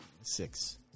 six